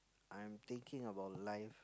I am thinking about life